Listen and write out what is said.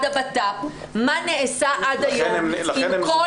לביטחון פנים שיאמרו לנו מה נעשה עד היום עם כל